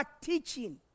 teaching